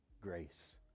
grace